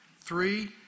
Three